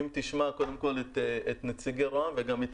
אם תשמע את נציגי משרד ראש הממשלה וגם את